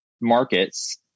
markets